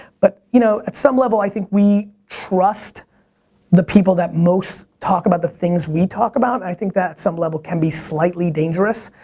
but you know at some level i think we trust the people that most talk about the things we talk about. i think that at some level can be slightly dangerous,